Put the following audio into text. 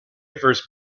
first